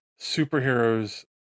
superheroes